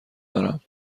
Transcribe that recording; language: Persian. دارم